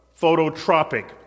phototropic